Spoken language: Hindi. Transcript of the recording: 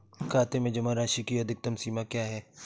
खाते में जमा राशि की अधिकतम सीमा क्या है?